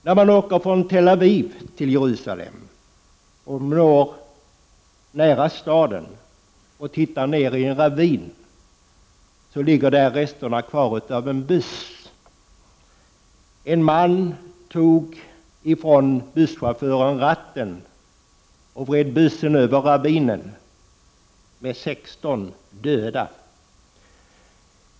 När man åker från Tel Aviv och kommer till Jerusalem kan man se ner i en ravin där resterna av en buss ligger kvar. En man tog ratten från busschauffören och styrde bussen ner i ravinen. 16 människor dog.